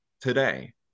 today